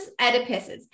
oedipuses